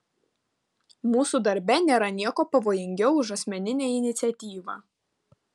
mūsų darbe nėra nieko pavojingiau už asmeninę iniciatyvą